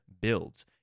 builds